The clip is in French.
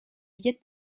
viêt